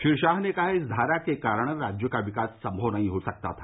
श्री शाह ने कहा कि इस धारा के कारण राज्य का विकास संभव नहीं हो सकता था